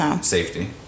Safety